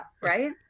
Right